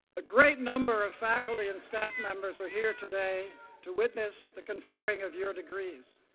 a great number of faculty and staff members are here today to witness the conferring of your degrees.